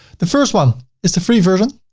the first one is the free version.